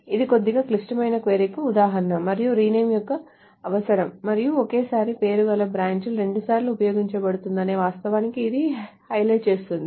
ఇది కొద్దిగా క్లిష్టమైన క్వరీ కు ఉదాహరణ మరియు రీనేమ్ యొక్క అవసరం మరియు ఒకే పేరు గల బ్రాంచ్ రెండుసార్లు ఉపయోగించబడుతుందనే వాస్తవాన్ని ఇది హైలైట్ చేస్తుంది